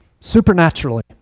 supernaturally